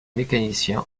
mécanicien